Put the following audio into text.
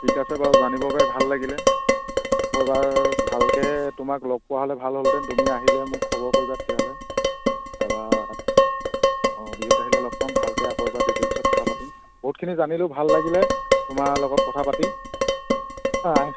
ঠিক আছে বাৰু জানিব পাৰি ভাল লাগিলে আকৌ এবাৰ ভালকৈ তোমাক লগ পোৱা হ'লে ভাল হ'লহেঁতেন তুমি আহিলে মোক খবৰ কৰিবা তেতিয়াহ'লে এবাৰ অঁ বিহুত আহিলে লগ পাম ভালকৈ আকৌ এবাৰ ডিটেইলছত কথা পাতিম বহুতখিনি জানিলোঁ ভাল লাগিলে তোমাৰ লগত কথা পাতি